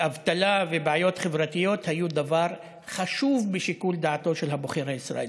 שאבטלה ובעיות חברתיות היו דבר חשוב בשיקול דעתו של הבוחר הישראלי.